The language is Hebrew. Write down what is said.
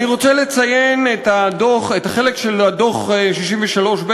אני רוצה לציין את החלק של דוח 63ב